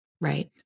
Right